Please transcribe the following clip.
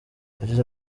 yagize